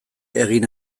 egin